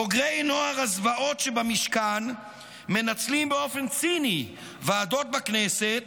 בוגרי נוער הזוועות שבמשכן מנצלים באופן ציני ועדות בכנסת,